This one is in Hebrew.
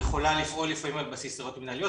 יכולה לפעול לפעמים על בסיס הוראות מנהליות.